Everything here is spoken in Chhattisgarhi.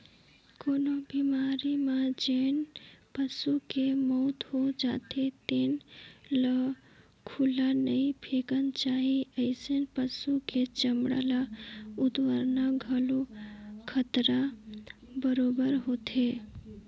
कोनो बेमारी म जेन पसू के मउत हो जाथे तेन ल खुल्ला नइ फेकना चाही, अइसन पसु के चमड़ा ल उतारना घलो खतरा बरोबेर होथे